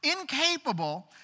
incapable